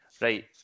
Right